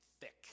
thick